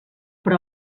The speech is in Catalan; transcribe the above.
però